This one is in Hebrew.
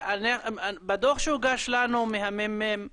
בדוח שהוגש לנו ממרכז המחקר והמידע,